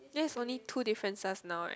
yes only two differences know right